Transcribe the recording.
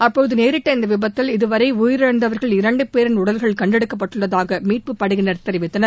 அப்போது நேரிட்ட இந்த விபத்தில் இதுவரை உயிரிழந்தவர்கள் இரண்டு பேரின் உடல்கள் கண்டெடுக்கப்பட்டுள்ளதாக மீட்புப்படையினர் தெரிவித்தனர்